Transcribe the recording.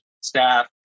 staff